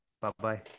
Bye-bye